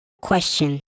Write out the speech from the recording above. Question